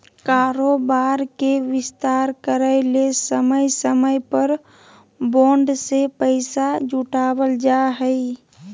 कारोबार के विस्तार करय ले समय समय पर बॉन्ड से पैसा जुटावल जा हइ